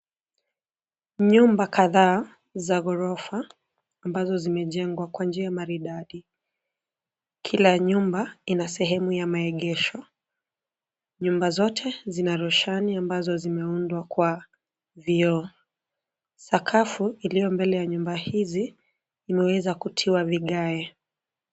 Nyumba kadhaa za gorofa ambazo zimejengwa kwa njia maridadi. Kila nyumba ina sehemu ya maegesho. Nyumba zote zina roshani ambazo zimeundwa kwa vioo. Sakafu iliyo mabele ya nyumba hizi imeweza kutiwa vigae.